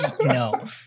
No